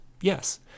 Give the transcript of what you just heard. Yes